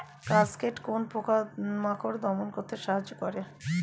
Cascade কোন পোকা মাকড় দমন করতে সাহায্য করে?